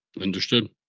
Understood